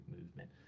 movement –